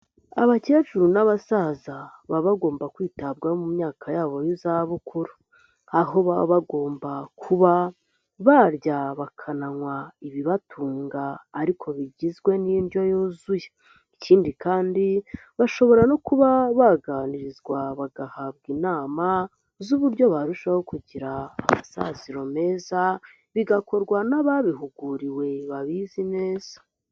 Abakecuru n'abasaza baba bagomba kwitabwaho mu myaka yabo y'izabukuru aho baba bagomba kuba barya bakananywa ibibatunga ariko bigizwe n'indyo yuzuye, ikindi kandi bashobora no kuba baganirizwa bagahabwa inama z'uburyo barushaho kugira amasaziro meza, bigakorwa n'ababihuguriwe babizi neza.